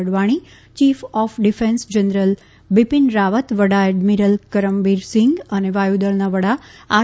Advani chief of defence general Bipin Rawat વડા admiral Karambir Singh અને વાયુદળના વડા આર